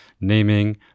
naming